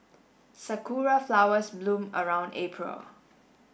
sakura flowers bloom around April